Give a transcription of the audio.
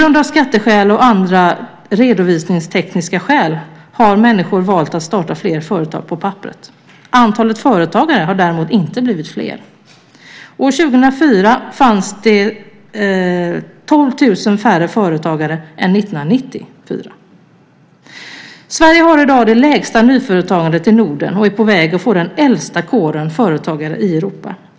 Av skatteskäl och andra redovisningstekniska skäl har människor valt att starta fler företag på papperet. Antalet företagare har däremot inte blivit större. År 2004 fanns det 12 000 färre företagare än 1994. Sverige har i dag det lägsta nyföretagandet i Norden och är på väg att få den äldsta kåren företagare i Europa.